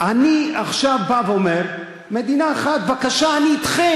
אני עכשיו בא ואומר: מדינה אחת, בבקשה, אני אתכם.